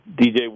DJ